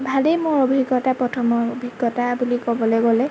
ভালেই মোৰ অভিজ্ঞতা প্ৰথমৰ অভিজ্ঞতা বুলি ক'বলৈ গ'লে